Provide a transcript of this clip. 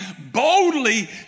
boldly